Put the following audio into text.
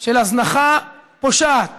של הזנחה פושעת